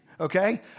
okay